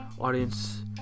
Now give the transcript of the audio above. audience